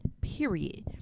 Period